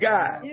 God